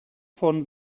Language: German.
von